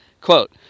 Quote